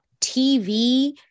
TV